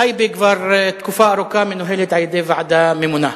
טייבה כבר תקופה ארוכה מנוהלת על-ידי ועדה ממונה.